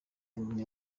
indi